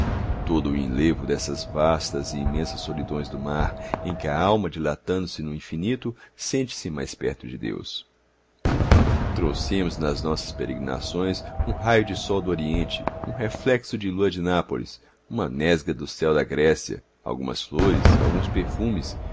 todo o enlevo dessas vastas e imensas solidões do mar em que a alma dilatando-se no infinito sente-se mais perto de deus trouxemos das nossas peregrinações um raio de sol do oriente um reflexo de lua de nápoles uma nesga do céu da grécia algumas flores alguns perfumes